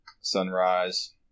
sunrise